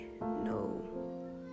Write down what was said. no